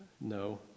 No